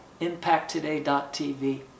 impacttoday.tv